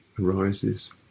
arises